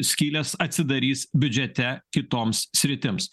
skylės atsidarys biudžete kitoms sritims